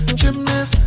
gymnast